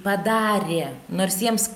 padarė nors jiems